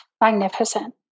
Magnificent